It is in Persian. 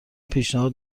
پیشنهاد